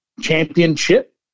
Championship